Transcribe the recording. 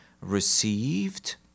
received